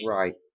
right